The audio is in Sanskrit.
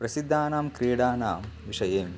प्रसिद्धानां क्रीडानां विषये